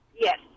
Yes